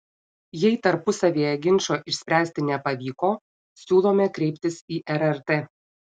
jei tarpusavyje ginčo išspręsti nepavyko siūlome kreiptis į rrt